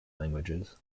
languages